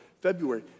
February